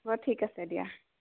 হ'ব ঠিক আছে দিয়া